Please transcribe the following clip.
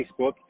Facebook